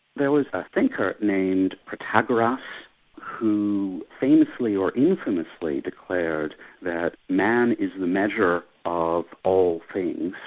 there was a thinker named protagoras who famously or infamously, declared that man is the measure of all things.